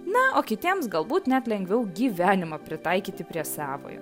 na o kitiems galbūt net lengviau gyvenimą pritaikyti prie savojo